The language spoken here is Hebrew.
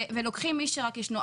ולוקחים מי שרק ישנו.